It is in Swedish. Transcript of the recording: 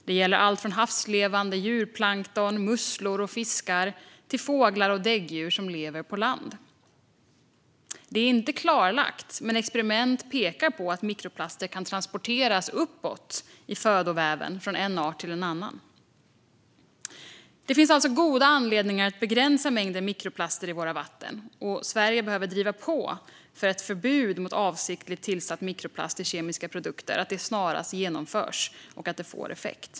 Det gäller allt från havslevande djurplankton, musslor och fiskar till fåglar och däggdjur som lever på land. Det är inte klarlagt, men experiment pekar på att mikroplaster kan transporteras uppåt i födoväven från en art till en annan. Det finns alltså goda anledningar att begränsa mängden mikroplaster i våra vatten. Sverige behöver driva på så att ett förbud mot avsiktligt tillsatt mikroplast i kemiska produkter snarast införs och att det får effekt.